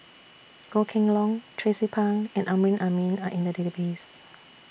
Goh Kheng Long Tracie Pang and Amrin Amin Are in The Database